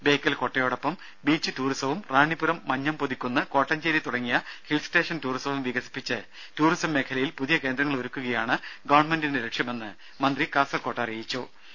ബേക്കൽ കോട്ടയോടൊപ്പം ബീച്ച് ടൂറിസവും റാണിപുരം മഞ്ഞംപൊതിക്കുന്ന് കോട്ടഞ്ചേരി തുടങ്ങിയ ഹിൽ സ്റ്റേഷൻ ടൂറിസവും വികസിപ്പിച്ച് ടൂറിസം മേഖലയിൽ പുതിയ കേന്ദ്രങ്ങൾ ഒരുക്കുകയാണ് ഗവൺമെന്റിന്റെ ലക്ഷ്യമെന്നും മന്ത്രി കാസർഗോഡ് അഭിപ്രായപ്പെട്ടു